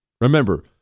Remember